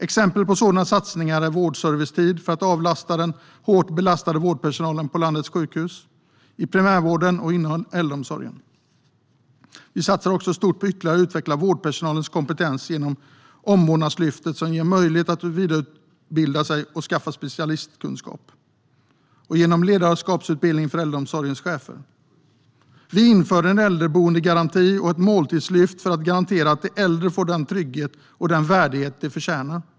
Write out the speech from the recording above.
Exempel på sådana satsningar är vårdserviceteam för att avlasta den hårt belastade vårdpersonalen på landets sjukhus, i primärvården och inom äldreomsorgen. Vi satsar också stort på att ytterligare utveckla vårdpersonalens kompetens, genom Omvårdnadslyftet som ger möjlighet att vidareutbilda sig och skaffa specialistutbildning och genom ledarskapsutbildning för äldreomsorgens chefer. Vi inför en äldreboendegaranti och ett måltidslyft för att garantera att de äldre får den trygghet och den värdighet de förtjänar.